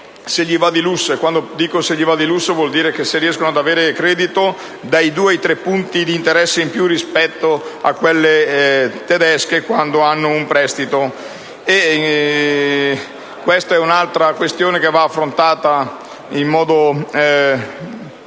se gli va di lusso (e quando dico "gli va di lusso" vuol dire se riescono ad accedere al credito), dai 2 ai 3 punti di interesse in più rispetto a quelle tedesche quando ottengono un prestito. Questa è un'altra questione che va affrontata sicuramente